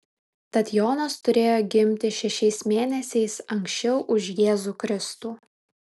tad jonas turėjo gimti šešiais mėnesiais anksčiau už jėzų kristų